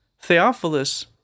Theophilus